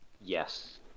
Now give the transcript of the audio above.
Yes